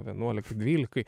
vienuolikai dvylikai